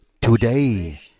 Today